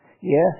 Yes